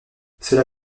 cela